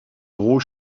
gros